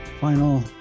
final